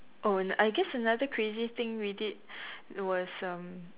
oh I guess another crazy thing we did was um